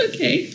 Okay